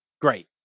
great